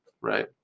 right